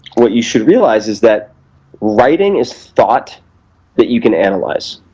what you should realize is that writing is thought that you can analyze.